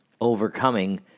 overcoming